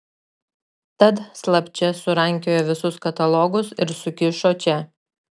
tad slapčia surankiojo visus katalogus ir nukišo čia